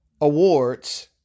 awards